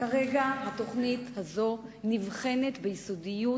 כרגע התוכנית הזאת נבחנת ביסודיות,